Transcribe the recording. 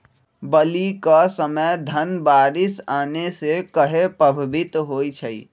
बली क समय धन बारिस आने से कहे पभवित होई छई?